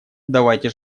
давайте